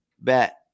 bet